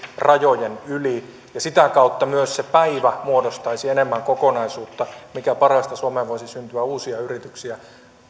rajojen yli ja sitä kautta myös se päivä muodostaisi enemmän kokonaisuutta ja mikä parasta suomeen voisi syntyä uusia yrityksiä